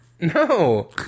No